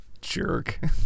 jerk